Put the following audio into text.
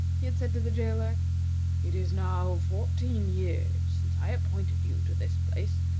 he had said to the jailer it is now fourteen years since i appointed you to this place,